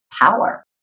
power